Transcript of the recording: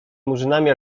murzynami